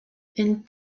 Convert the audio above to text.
and